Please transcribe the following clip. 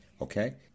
Okay